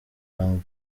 tanga